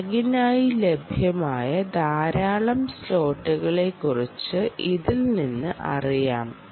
ടാഗിനായി ലഭ്യമായ ധാരാളം സ്ലോട്ടുകളെക്കുറിച്ച് ഇതിൽ നിന്ന് അറിയാം